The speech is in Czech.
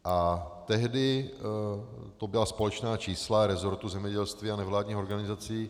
A tehdy to byla společná čísla resortu zemědělství a nevládních organizací.